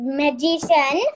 magician